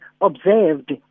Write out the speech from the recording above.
observed